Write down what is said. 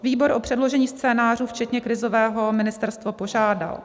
Výbor o předložení scénářů včetně krizového ministerstvo požádal.